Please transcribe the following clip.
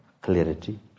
clarity